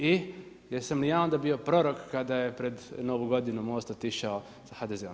I jesam li ja onda bio prorok kada je pred novu godinu MOST otišao sa HDZ-om.